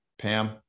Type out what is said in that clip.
Pam